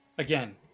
Again